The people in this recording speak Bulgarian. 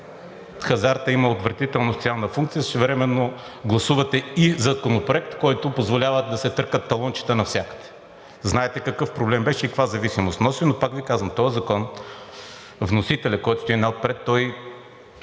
хазартът има отвратителна социална функция, а същевременно гласувате и Законопроект, който позволява да се търкат талончета навсякъде. Знаете какъв проблем беше и каква зависимост носи, но пак Ви казвам, този закон – вносителят, който стои най-отпред, той